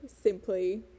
simply